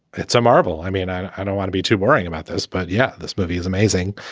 it's a marvel i mean, i don't want to be too worrying about this, but yeah, this movie is amazing.